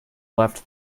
left